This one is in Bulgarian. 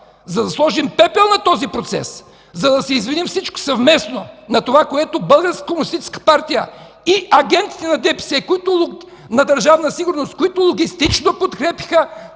За да сложим пепел на този процес, за да се извиним всички съвместно на това, което Българската комунистическа партия и агентите на ДПС, на Държавна сигурност, които логистично подкрепяха